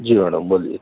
جی madam بولیے